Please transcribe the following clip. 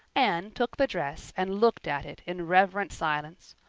anne took the dress and looked at it in reverent silence.